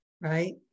right